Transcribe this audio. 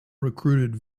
recruited